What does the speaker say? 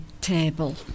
table